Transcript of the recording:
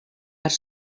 part